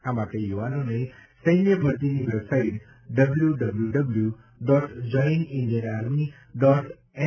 આ માટે યુવાનોને સૈન્ય ભરતીની website W W join Indian army dot N